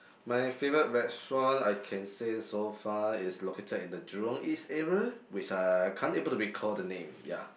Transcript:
my favorite restaurant I can say so far is located in the Jurong-East area which I can't able to recall the name ya